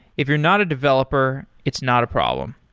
if you're not a developer, it's not a problem.